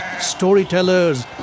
storytellers